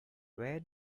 where